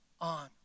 on